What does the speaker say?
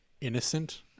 innocent